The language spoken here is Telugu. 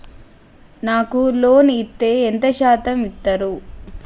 నాకు లోన్ ఇత్తే ఎంత శాతం ఇత్తరు?